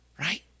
Right